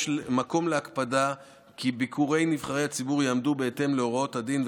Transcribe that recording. יש מקום להקפדה כי ביקורי נבחרי הציבור יעמדו בהתאם להוראות הדין,